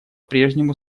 прежнему